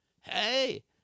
Hey